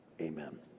amen